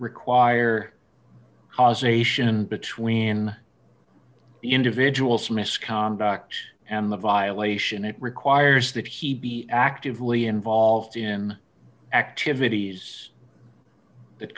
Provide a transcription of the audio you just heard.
require causation between the individual's misconduct and the violation it requires that he be actively involved in activities that